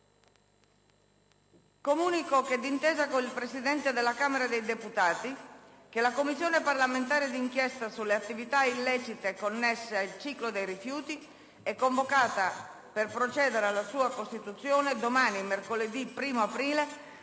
comunico, d'intesa con il Presidente della Camera dei deputati, che la Commissione parlamentare d'inchiesta sulle attività illecite connesse al ciclo dei rifiuti è convocata, per procedere alla sua costituzione domani, mercoledì 1° aprile,